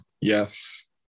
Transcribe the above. Yes